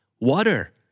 Water